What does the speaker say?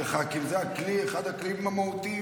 כח"כים זה אחד הכלים המהותיים.